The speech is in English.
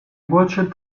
watched